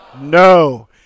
No